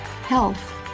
Health